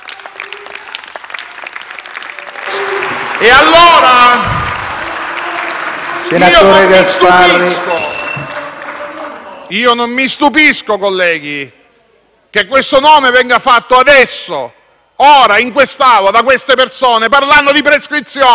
Allora non mi stupisco, colleghi, che questo nome venga fatto adesso, in quest'Aula, da queste persone, parlando di prescrizione,